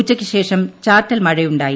ഉച്ചയ്ക്ക് ശ്രേഷം ചാറ്റൽ മഴയുണ്ടായി